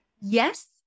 Yes